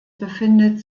befindet